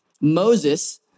Moses